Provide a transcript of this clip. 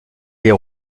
les